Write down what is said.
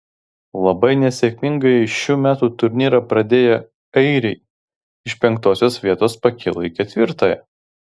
labai nesėkmingai šių metų turnyrą pradėję airiai iš penktosios vietos pakilo į ketvirtąją